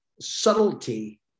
Subtlety